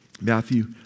Matthew